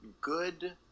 good